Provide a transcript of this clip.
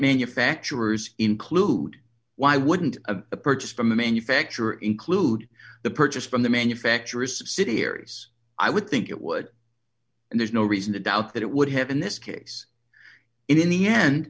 manufacturers include why wouldn't a purchase from the manufacturer include the purchase from the manufacturer subsidiaries i would think it would and there's no reason to doubt that it would have in this case in the end